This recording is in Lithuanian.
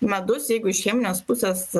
medus jeigu iš cheminės pusės